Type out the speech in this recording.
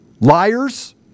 Liars